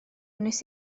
wnes